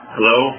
Hello